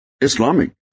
Islamic